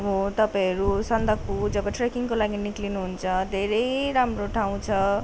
अब तपाईँहरू सन्दकपू जब ट्रेकिङको लागि निस्किनुहुन्छ धेरै राम्रो ठाउँ छ